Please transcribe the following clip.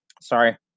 Sorry